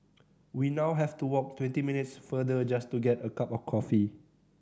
we now have to walk twenty minutes farther just to get a cup of coffee